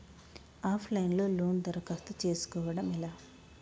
Of line లో loan దరఖాస్తు చేసుకోవడం ఎలా?